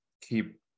keep